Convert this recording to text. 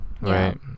right